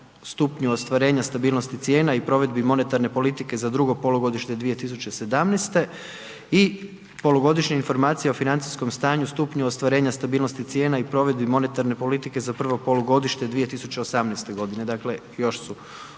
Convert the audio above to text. stupnju ostvarenja stabilnosti cijena i provedbi monetarne politike za drugo polugodište 2017. i Polugodišnja informacija o financijskom stanju, stupnju ostvarenja stabilnosti cijena i provedbi monetarne politike za prvo polugodište 2018. Dakle još su